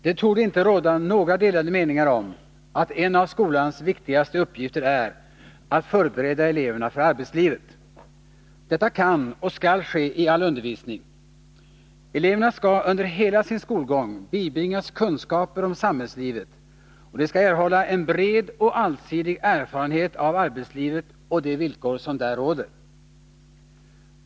Herr talman! Det torde inte råda några delade meningar om att en av skolans viktigaste uppgifter är att förbereda eleverna för arbetslivet. Detta kan och skall ske i all undervisning. Eleverna skall under hela sin skolgång bibringas kunskaper om samhällslivet, och de skall erhålla en bred och allsidig erfarenhet av arbetslivet och de villkor som där råder.